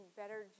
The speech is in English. better